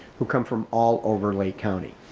who come from all over lake county.